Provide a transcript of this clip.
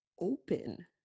open